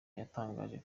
yatangaje